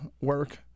work